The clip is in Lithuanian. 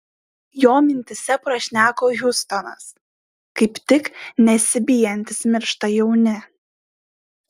jo mintyse prašneko hiustonas kaip tik nesibijantys miršta jauni